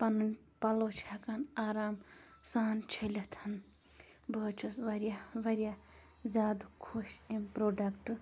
پَنٕنۍ پَلو چھِ ہٮ۪کان آرام سان چھٔلِتھ بہٕ حظ چھس واریاہ واریاہ زیادٕ خۄش امہِ پرٛوڈَکٹ